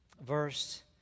verse